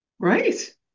right